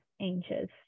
anxious